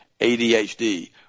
ADHD